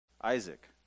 Isaac